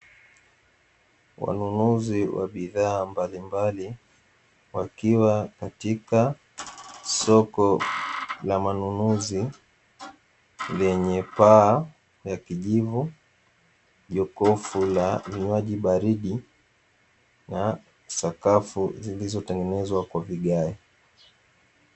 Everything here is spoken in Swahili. Wanunuzi wa bidhaa mbalimbali wakiwa katika soko la manunuzi, lenye paa la kijivu, jokofu la vinywaji baridi na sakafu zilizotengenezwa kwa vigae.